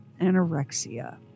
anorexia